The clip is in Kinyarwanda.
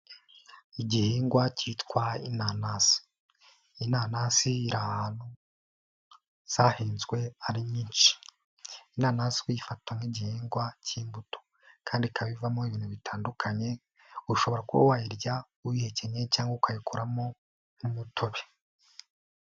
Igihingwa cyitwa inanasi, inanasi iri ahantu zahinzwe ari nyinshi, inanasi uyifata nk'igihingwa cy'imbuto kandi ikaba ivamo ibintu bitandukanye, ushobora kuba wayirya uyihekenye cyangwa ukayikuramo nk'umutobe.